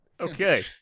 Okay